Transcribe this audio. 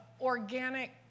organic